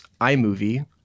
iMovie